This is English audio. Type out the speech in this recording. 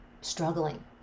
struggling